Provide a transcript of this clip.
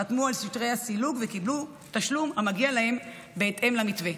חתמו על שטרי הסילוק וקיבלו תשלום המגיע להם בהתאם למתווה.